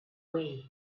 way